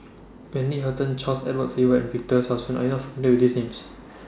Wendy Hutton Charles Edward Faber and Victor Sassoon Are YOU not familiar with These Names